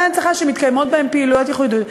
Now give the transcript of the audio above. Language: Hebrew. הנצחה שמתקיימות בהם פעילויות ייחודיות.